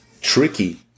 tricky